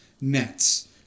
Nets